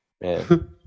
Man